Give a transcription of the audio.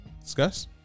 discuss